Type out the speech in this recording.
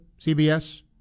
CBS